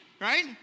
right